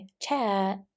chair